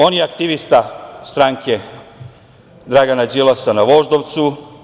On je aktivista stranke Dragana Đilasa na Voždovcu.